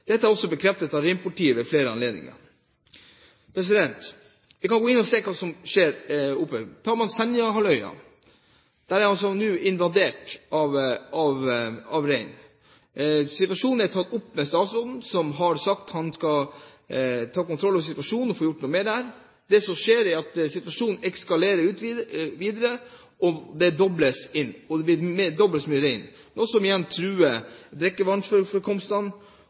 Dette er også bekreftet av reinpolitiet ved flere anledninger. Man kan se hva som skjer, f.eks. på øya Senja: Den er nå invadert av rein. Dette er tatt opp med statsråden, som har sagt han skal ta kontroll over situasjonen og få gjort noe med dette. Det som skjer, er at situasjonen eskalerer. Det har blitt dobbelt så mange rein, noe som igjen truer